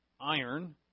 iron